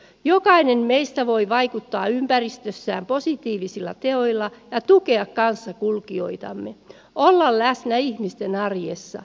jokainen meistä voi vaikuttaa ympäristössään positiivisilla teoilla ja tukea kanssakulkijoita olla läsnä ihmisten arjessa